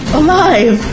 alive